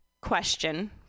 question